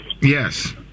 Yes